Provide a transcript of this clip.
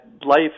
life